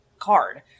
card